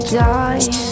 die